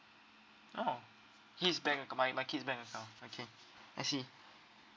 oh his bank ac~ my my kids' bank account okay I see